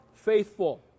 Faithful